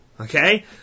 okay